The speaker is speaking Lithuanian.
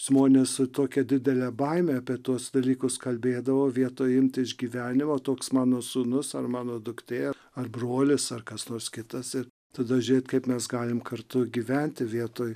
žmonės su tokia didele baime apie tuos dalykus kalbėdavo vietoj imti iš gyvenimo toks mano sūnus ar mano duktė ar brolis ar kas nors kitas ir tada žiūrėti kaip mes galim kartu gyventi vietoj